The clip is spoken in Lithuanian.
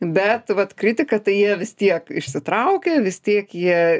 bet vat kritiką tai jie vis tiek išsitraukia vis tiek jie